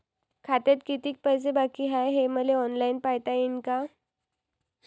खात्यात कितीक पैसे बाकी हाय हे मले ऑनलाईन पायता येईन का?